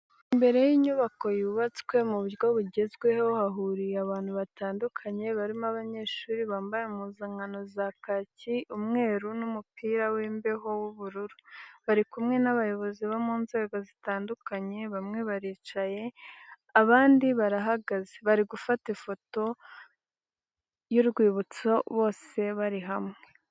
Imbere y'inyubako yubatswe mu buryo bugezweho hahuriye abantu batandukanye barimo abanyeshuri bambaye impuzankano za kaki, umweru n'umupira w'imbeho w'ubururu bari kumwe n'abayobozi bo mu nzego zitandukanye bamwe baricaye abandi barahagaze bari gufata ifoto y'urwibutso bose bari hamwe.